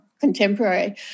contemporary